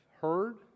heard